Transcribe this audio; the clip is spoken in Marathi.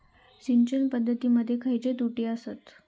सिंचन पद्धती मध्ये खयचे त्रुटी आसत?